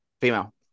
Female